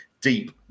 deep